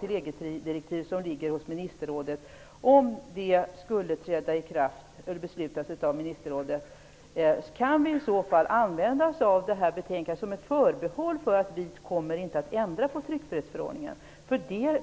till EG-direktiv skulle gå igenom i ministerrådet? Kan vi i så fall använda oss av detta betänkande som ett förbehåll för att inte behöva ändra på tryckfrihetsförordningen?